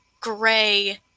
gray